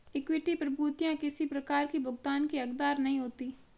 equity प्रभूतियाँ किसी प्रकार की भुगतान की हकदार नहीं होती